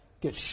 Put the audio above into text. Get